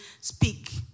speak